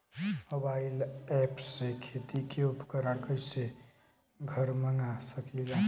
Mobile ऐपसे खेती के उपकरण कइसे घर मगा सकीला?